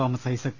Thomas Isaac